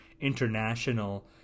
international